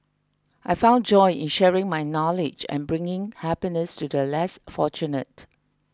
I found joy in sharing my knowledge and bringing happiness to the less fortunate